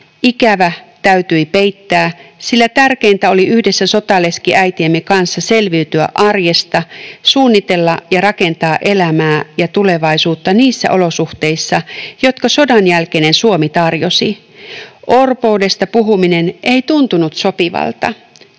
Ikävä täytyi peittää, sillä tärkeintä oli yhdessä sotaleskiäitiemme kanssa selviytyä arjesta, suunnitella ja rakentaa elämää ja tulevaisuutta niissä olosuhteissa, jotka sodanjälkeinen Suomi tarjosi. Orpoudesta puhuminen ei tuntunut sopivalta.